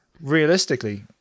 realistically